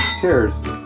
Cheers